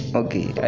okay